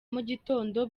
mugitondo